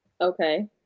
okay